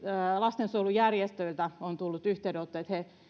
lastensuojelujärjestöiltä on tullut yhteydenottoja että he